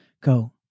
Go